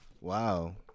Wow